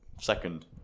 second